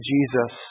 Jesus